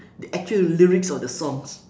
the actual lyrics of the songs